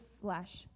flesh